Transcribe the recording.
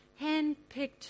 handpicked